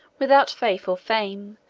without faith or fame,